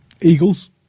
Eagles